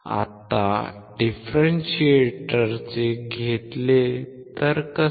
आता डिफरेंशिएटर घेतले तर कसे